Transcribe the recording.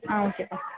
ஆ ஓகேப்பா